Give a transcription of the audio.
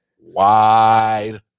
wide